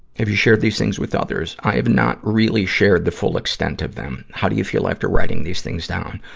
have you shared these things with others? i have not really shared the full extent of them. how do you feel after writing these things down?